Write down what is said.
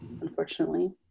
unfortunately